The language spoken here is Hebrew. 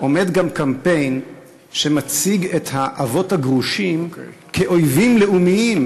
עומד גם קמפיין שמציג את האבות הגרושים כאויבים לאומיים,